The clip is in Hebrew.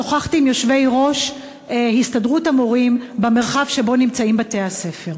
שוחחתי עם יושבי-ראש הסתדרות המורים במרחב שבו נמצאים בתי-הספר,